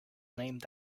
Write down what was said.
named